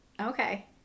Okay